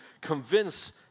convince